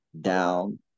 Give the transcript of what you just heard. down